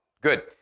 Good